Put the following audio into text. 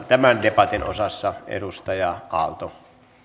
tämän debatin osassa edustaja aalto